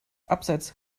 abseits